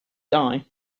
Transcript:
die